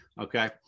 okay